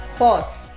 pause